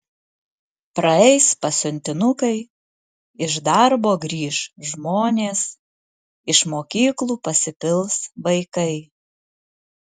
praeis pasiuntinukai iš darbo grįš žmonės iš mokyklų pasipils vaikai